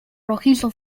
rojizo